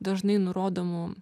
dažnai nurodomų